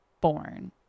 born